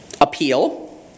Appeal